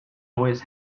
always